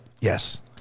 yes